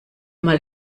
mal